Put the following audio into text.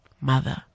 mother